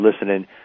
listening